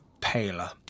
paler